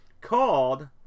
called